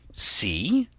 see,